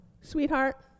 sweetheart